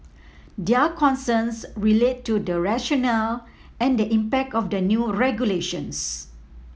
their concerns relate to the rationale and the impact of the new regulations